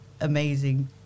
amazing